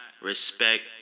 respect